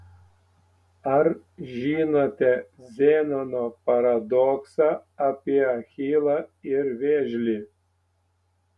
ar žinote zenono paradoksą apie achilą ir vėžlį